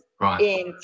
Right